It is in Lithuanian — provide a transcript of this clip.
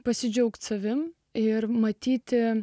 pasidžiaugti savimi ir matyti